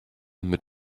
mit